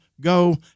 go